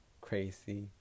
crazy